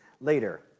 later